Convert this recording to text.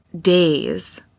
days